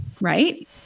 right